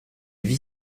vit